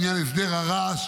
בעניין הסדר הרעש,